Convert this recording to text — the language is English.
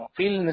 feel